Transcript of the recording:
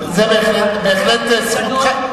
זו בהחלט זכותך.